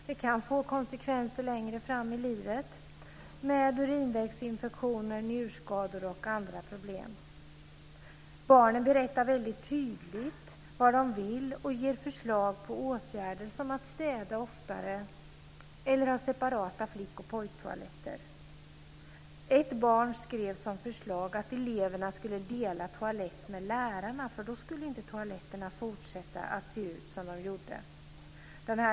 Det kan få konsekvenser längre fram i livet i form av urinvägsinfektioner, njurskador och andra problem. Barnen berättar väldigt tydligt vad de vill och ger förslag till åtgärder, som att städa oftare eller att ha separata flick och pojktoaletter. Ett barn skrev som förslag att eleverna skulle dela toalett med lärarna, för då skulle inte toaletterna fortsätta att se ut som de gjorde.